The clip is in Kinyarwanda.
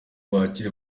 bakire